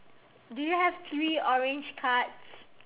do you have three orange cards